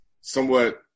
somewhat